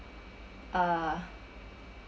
uh